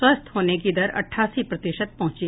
स्वस्थ होने की दर अट्ठासी प्रतिशत पहुंची